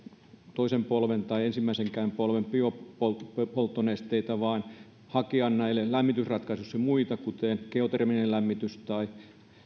toisen polven tai ensimmäisenkään polven biopolttonesteitä vaan hakea niille muita lämmitysratkaisuja kuten geoterminen lämmitys tai